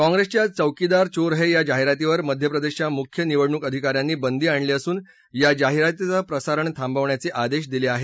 काँप्रेसच्या चौकीदार चोर है या जाहिरातीवर मध्यप्रदेशच्या मुख्य निवडणूक अधिकाऱ्यांनी बंदी आणली असून या जाहीरातीचं प्रसारण थांबवण्याचे आदेश दिले आहेत